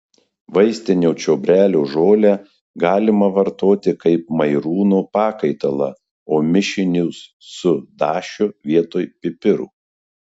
vaistinio čiobrelio žolę galima vartoti kaip mairūno pakaitalą o mišinį su dašiu vietoj pipirų